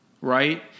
Right